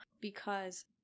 because-